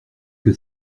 que